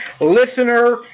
listener